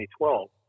2012